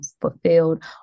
fulfilled